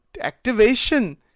activation